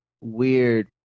weird